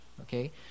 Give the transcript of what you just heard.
Okay